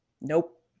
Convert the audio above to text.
Nope